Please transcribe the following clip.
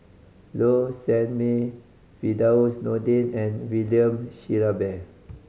Low Sanmay Firdaus Nordin and William Shellabear